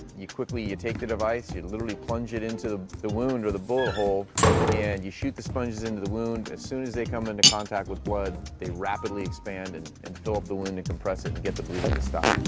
you quickly take the device, you literally plunge it into the wound or the bullet hole and you shoot the sponges into the wound. as soon as they come into contact with blood they rapidly expand and and fill up the wound and compress it and get the bleeding to stop.